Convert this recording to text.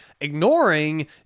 ignoring